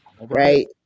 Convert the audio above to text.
right